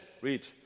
read